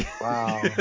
Wow